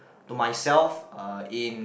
to myself uh in